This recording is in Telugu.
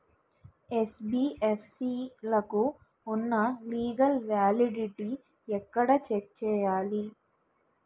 యెన్.బి.ఎఫ్.సి లకు ఉన్నా లీగల్ వ్యాలిడిటీ ఎక్కడ చెక్ చేయాలి?